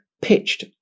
pitched